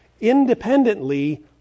independently